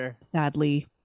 sadly